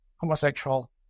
homosexual